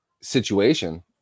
situation